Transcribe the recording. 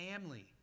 family